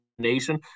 Nation